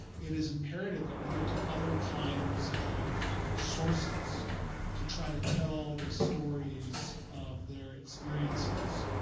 it is imperative that we look to other kinds of sources to try to tell the stories of their experiences.